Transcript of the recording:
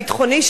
הביטחוני,